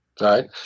right